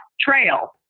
trail